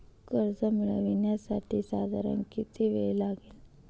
कर्ज मिळविण्यासाठी साधारण किती वेळ लागेल?